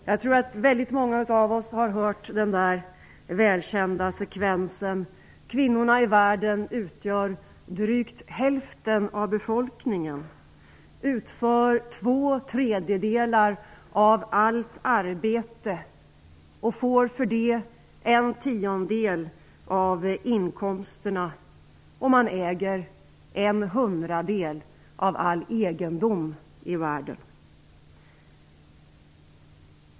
Jag tror att väldigt många av oss har hört den här välkända sekvensen: Kvinnorna i världen utgör drygt hälften av befolkningen, utför två tredjedelar av allt arbete, får för det en tiondel av inkomsterna och äger en hundradel av alla egendom i världen.